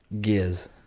giz